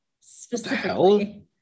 specifically